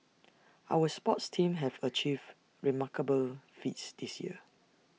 our sports teams have achieved remarkable feats this year